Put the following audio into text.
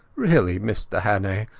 really, mr hannay,